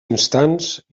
instants